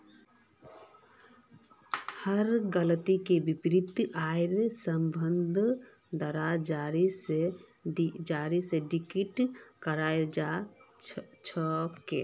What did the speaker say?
हर गलत वित्तीय आइर संदर्भ दरेर जरीये स डिटेक्ट कराल जा छेक